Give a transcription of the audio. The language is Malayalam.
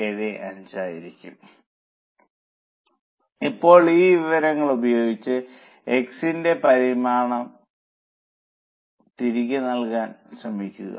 875 ആയിരിക്കണം ഇപ്പോൾ ഈ വിവരങ്ങൾ ഉപയോഗിച്ച് x ന്റെ പരിമാണം തിരികെ നൽകാൻ ശ്രമിക്കുക